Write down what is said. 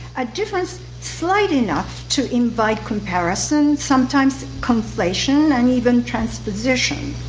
a difference slight enough to invite comparison, sometimes conflation and even transposition.